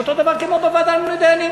אותו דבר כמו בוועדה למינוי דיינים.